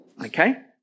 okay